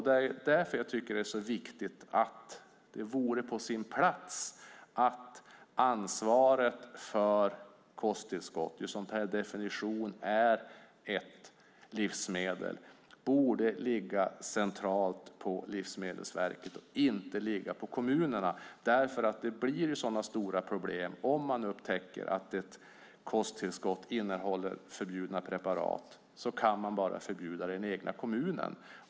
Det är därför jag tycker att det vore på sin plats att ansvaret för kosttillskott, som per definition är ett livsmedel, låg centralt på Livsmedelsverket och inte på kommunerna. Det blir ju sådana stora problem. Om man upptäcker att ett kosttillskott innehåller förbjudna preparat kan man bara förbjuda det i den egna kommunen.